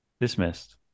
dismissed